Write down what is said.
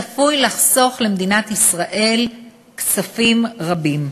צפוי לחסוך למדינת ישראל כספים רבים.